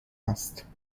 است